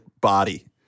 body